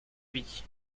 vie